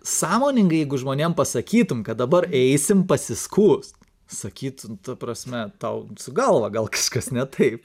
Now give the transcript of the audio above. sąmoningai jeigu žmonėm pasakytum kad dabar eisim pasiskųst sakytų ta prasme tau galvą gal kažkas ne taip